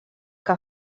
que